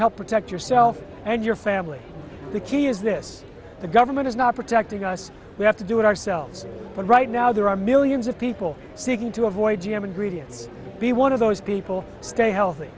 help protect yourself and your family the key is this the government is not protecting us we have to do it ourselves but right now there are millions of people seeking to avoid g m and really it's be one of those people stay healthy